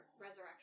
Resurrection